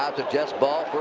the jets' ball.